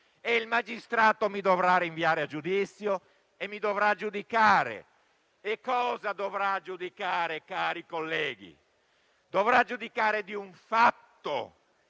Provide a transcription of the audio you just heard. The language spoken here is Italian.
e il magistrato lo dovrà rinviare a giudizio e lo dovrà giudicare. Cosa dovrà giudicare, cari colleghi? Dovrà giudicare un fatto,